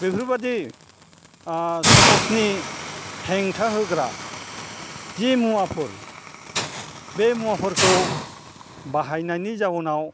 बेफोरबादि समाजनि हेंथा होग्रा जे मुवाफोर बे मुवाखौ बाहायनायनि जाहोनाव